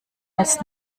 als